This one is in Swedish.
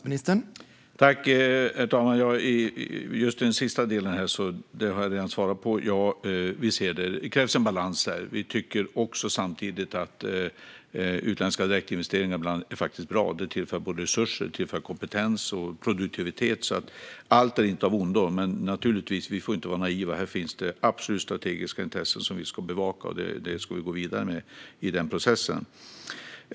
Herr talman! Den sista delen har jag redan svarat på. Ja, vi ser detta. Det krävs en balans. Vi tycker samtidigt att utländska direktinvesteringar ibland faktiskt är bra och tillför resurser, kompetens och produktivitet. Allt är inte av ondo. Men naturligtvis får vi inte vara naiva. Här finns det absolut strategiska intressen som vi ska bevaka. Vi ska gå vidare med den processen.